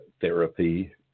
therapy